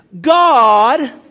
God